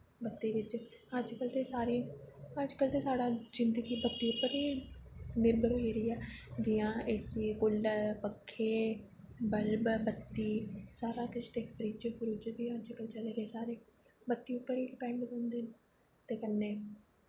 बत्ती बिच्च अज्जकल ते सारें अज्जकल ते साढ़ा जिंदगी बत्ती उप्पर ही निर्भर होई गेदी ऐ जि'यां एसी कूलर पक्खे बल्ब बत्ती सारा किश ते फ्रिज फ्रूज बी अज्जकल चले दे सारे बत्ती उप्पर ही डिपेंड रौंह्नदे ते कन्नै